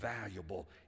valuable